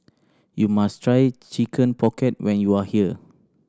you must try Chicken Pocket when you are here